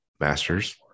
Masters